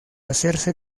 hacerse